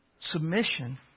Submission